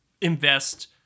invest